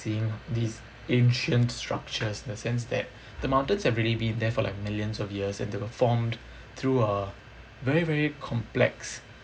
seeing these ancient structures in the sense that the mountain have really been there for like millions of years and they were formed through a very very complex